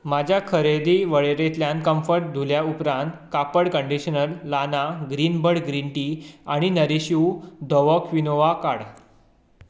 म्हज्या खरेदी वळेरेंतल्यान कम्फर्ट धुयल्या उपरांत कापड कंडीशनर लाना ग्रीनबर्ड ग्रीन टी आनी नरीश यू धवो क्विनोआ काड